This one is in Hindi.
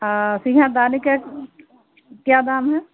और सुइया दानी का क्या दाम है